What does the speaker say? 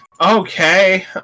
Okay